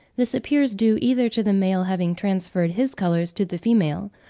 this appears due either to the male having transferred his colours to the female,